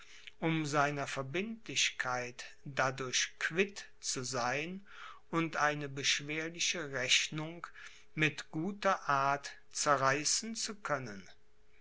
um seiner verbindlichkeit dadurch quitt zu sein und eine beschwerliche rechnung mit guter art zerreißen zu können